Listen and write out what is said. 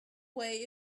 way